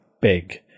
big